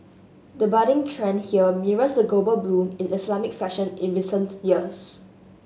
the budding trend here mirrors the global boom in Islamic fashion in recent years